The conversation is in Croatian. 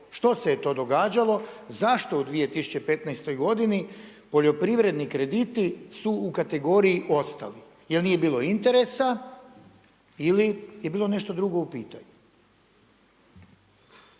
što se je to događalo, zašto u 2015. godini poljoprivredni krediti su u kategoriji Ostali? Jer nije bilo interesa ili je bilo nešto drugo u pitanju?